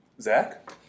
Zach